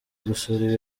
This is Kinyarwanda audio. gusura